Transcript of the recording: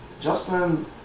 justin